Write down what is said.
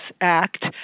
Act